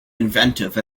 inventive